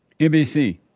NBC